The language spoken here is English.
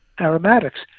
aromatics